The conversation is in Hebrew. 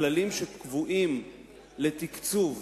הכללים שקבועים לתקצוב,